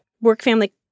work-family